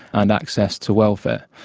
and access to welfare.